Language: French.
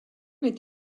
est